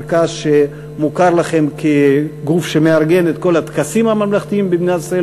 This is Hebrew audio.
מרכז שמוכר לכם כגוף שמארגן את כל הטקסים הממלכתיים במדינת ישראל,